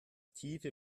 tiefe